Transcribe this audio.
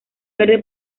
verde